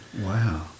Wow